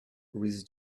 reads